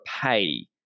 pay